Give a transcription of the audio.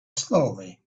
slowly